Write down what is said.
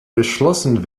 beschlossen